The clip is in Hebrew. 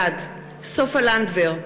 בעד סופה לנדבר,